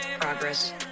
progress